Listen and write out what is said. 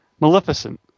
Maleficent